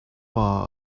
war